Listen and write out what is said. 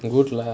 they won't laugh